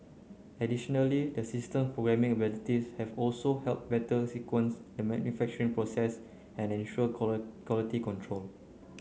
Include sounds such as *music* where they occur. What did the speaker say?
additionally the system programming abilities have also helped better sequence the manufacturing process and ensure *unintelligible* quality control